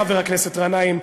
חבר הכנסת גנאים,